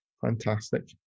fantastic